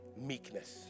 Meekness